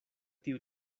tiu